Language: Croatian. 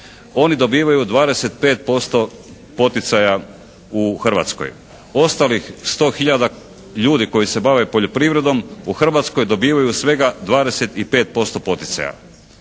Oni dobivaju 25% poticaja u Hrvatskoj. Ostalih 100 hiljada ljudi koji se bave poljoprivredom u Hrvatskoj dobivaju svega 25% poticaja.